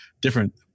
different